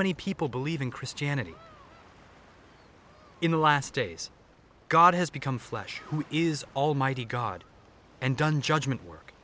many people believe in christianity in the last days god has become flesh who is almighty god and done judgment work